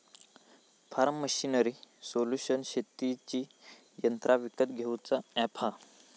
form machinery solution शेतीची यंत्रा विकत घेऊचा अॅप हा